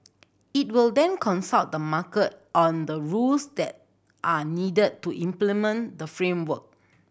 it will then consult the market on the rules that are needed to implement the framework